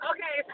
Okay